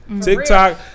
TikTok